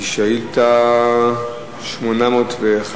801,